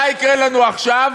מה יקרה לנו עכשיו?